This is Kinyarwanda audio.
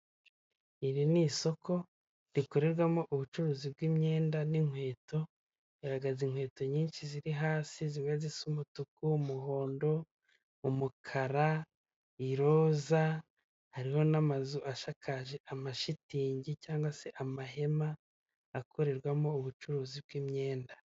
Iri ni isoko rikorerwamo ubucuruzi bw'imyenda n'inkweto, garagaza inkweto nyinshi ziri hasi zimwe zisa umutuku, umuhondo, umukara, iroza, harimo n'amazu ashakaje amashitingi cyangwa se amahema akorerwamo ubucuruzi bw'imyenda.